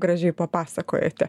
gražiai papasakojote